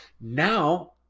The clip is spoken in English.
Now